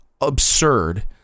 absurd